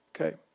Okay